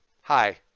hi